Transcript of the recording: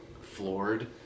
floored